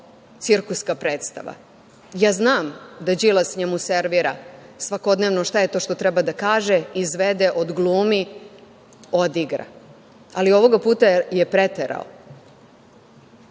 cirkuska predstava. Ja znam da Đilas njemu servira svakodnevno šta je to što treba da kaže, izvede, odglumi, odigra, ali ovoga puta je preterao.